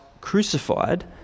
crucified